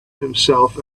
himself